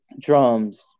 drums